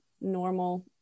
normal